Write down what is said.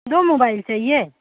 दो मोबाइल चाहिए